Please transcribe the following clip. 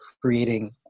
creating